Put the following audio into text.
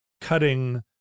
cutting